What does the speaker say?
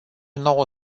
nouă